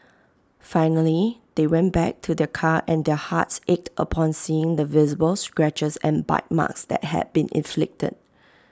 finally they went back to their car and their hearts ached upon seeing the visible scratches and bite marks that had been inflicted